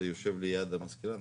יושב ליד המזכירה,